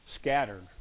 scattered